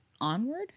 Onward